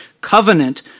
covenant